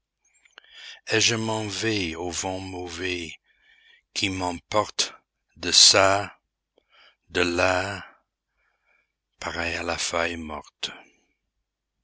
et je m'en vais au vent mauvais qui m'emporte deçà delà pareil à la feuille morte